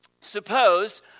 Suppose